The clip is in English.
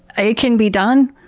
ah it can be done.